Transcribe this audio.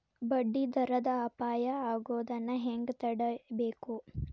ಬಡ್ಡಿ ದರದ್ ಅಪಾಯಾ ಆಗೊದನ್ನ ಹೆಂಗ್ ತಡೇಬಕು?